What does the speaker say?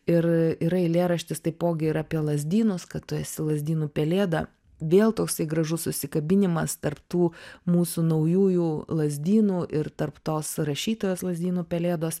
ir yra eilėraštis taipogi ir apie lazdynus kad tu esi lazdynų pelėda vėl toksai gražus susikabinimas tarp tų mūsų naujųjų lazdynų ir tarp tos rašytojos lazdynų pelėdos